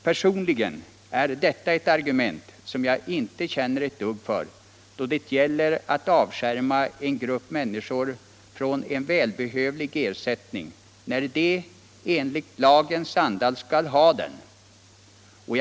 Detta är ett argument som jag personligen inte känner ett dugg för, eftersom det avskärmar en grupp människor från en välbehövlig ersättning som de i enlighet med lagens anda borde ha.